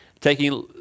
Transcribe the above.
taking